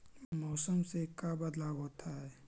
मौसम से का बदलाव होता है?